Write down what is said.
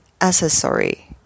accessory